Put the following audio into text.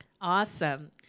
Awesome